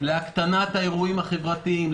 להקטנת האירועים החברתיים,